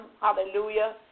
Hallelujah